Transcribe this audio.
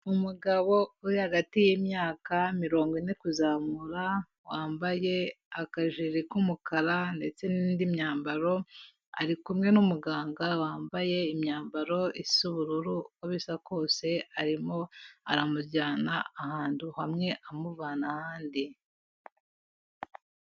Umugabo uri hagati y'imyaka mirongo ine kuzamura, wambaye akajiri k'umukara ndetse n'indi myambaro, ari kumwe n'umuganga wambaye imyambaro isa ubururu uko bisa kose arimo aramujyana ahantu hamwe amuvana ahandi.